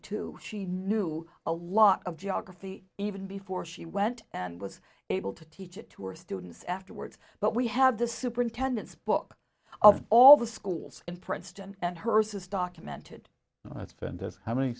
two she knew a lot of geography even before she went and was able to teach it to her students afterwards but we have the superintendents book of all the schools in princeton and hearses documented that's venters how many